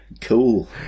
cool